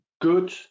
good